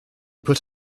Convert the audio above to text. put